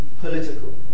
political